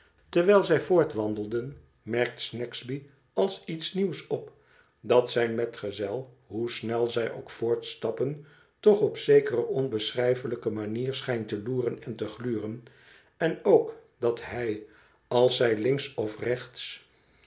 terwijl zij voortwan delen merkt snagsby als iets nieuws op dat zijn metgezel hoe snel zij ook voortstappen toch op zekere onbeschrijfelijke manier schijnt te loeren en te gluren en ook dat hij als zij links of rechts